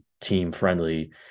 team-friendly